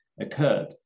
occurred